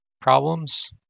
problems